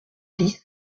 dix